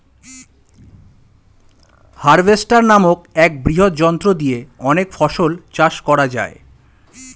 harvester নামক এক বৃহৎ যন্ত্র দিয়ে অনেক ফসল চাষ করা যায়